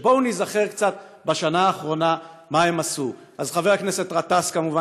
ובואו ניזכר קצת מה הם עשו בשנה האחרונה.